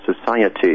society